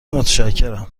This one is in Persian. متشکرم